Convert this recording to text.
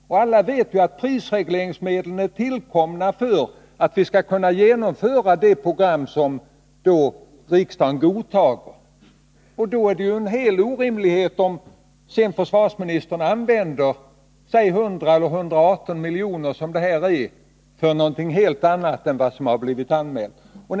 Som alla vet är prisregleringsmedlen tillkomna för att man skall kunna genomföra det program som riksdagen då godtar. Det är orimligt att försvarsministern sedan använder 100 miljoner — eller som i detta fall 118 miljoner — för någonting helt annat än det som har anmälts.